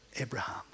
Abraham